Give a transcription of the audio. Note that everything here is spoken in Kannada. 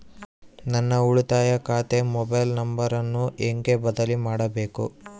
ನನ್ನ ಉಳಿತಾಯ ಖಾತೆ ಮೊಬೈಲ್ ನಂಬರನ್ನು ಹೆಂಗ ಬದಲಿ ಮಾಡಬೇಕು?